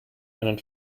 einen